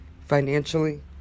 financially